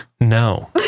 no